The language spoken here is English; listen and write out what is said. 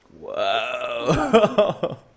Whoa